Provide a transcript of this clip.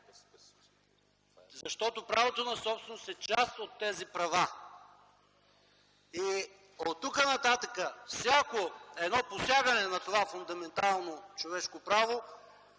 Защото правото на собственост е част от тези права. Оттук нататък всяко посягане на това фундаментално човешко право